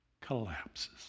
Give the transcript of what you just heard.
collapses